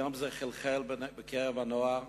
היום זה חלחל בקרב הנוער,